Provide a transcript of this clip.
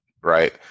Right